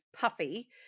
puffy